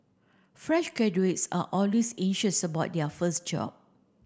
fresh graduates are always anxious about their first job